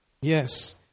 Yes